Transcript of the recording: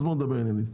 אז בואי נדבר עניינית.